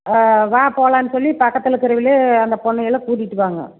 ஆ வா போலாம்ன்னு சொல்லி பக்கத்தில் இருக்கிறவிங்களையும் அந்த பொண்ணு எல்லா கூட்டிகிட்டு வாங்க